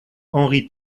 henri